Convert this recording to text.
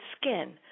skin